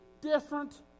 different